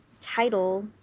title